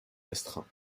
restreint